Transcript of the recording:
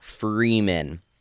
freeman